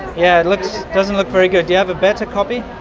yeah, it looks. doesn't look very good. do you have a better copy?